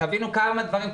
תבינו כמה דברים,